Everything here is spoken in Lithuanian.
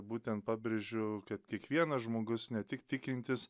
būtent pabrėžiu kad kiekvienas žmogus ne tik tikintis